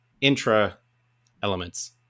intra-elements